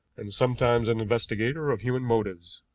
and sometimes an investigator of human motives.